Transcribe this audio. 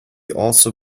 also